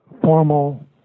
formal